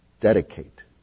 dedicate